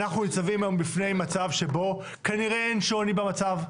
אנחנו ניצבים היום בפני מצב שבו כנראה אין שוני במצב.